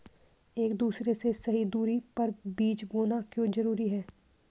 एक दूसरे से सही दूरी पर बीज बोना क्यों जरूरी है?